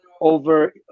over